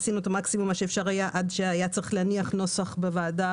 עשינו את המקסימום האפשרי עד שהיה צריך להניח נוסח בוועדה